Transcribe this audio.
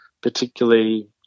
particularly